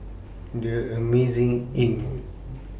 The Amazing Inn